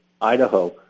Idaho